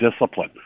discipline